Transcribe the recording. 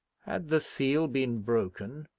had the seal been broken,